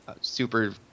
super